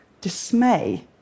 dismay